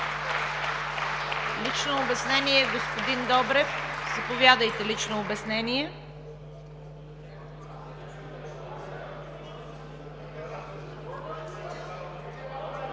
Лично обяснение? Господин Добрев, заповядайте – лично обяснение.